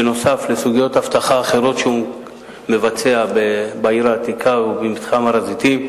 נוסף על סוגיות אבטחה אחרות שהוא מבצע בעיר העתיקה ובמתחם הר-הזיתים.